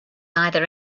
either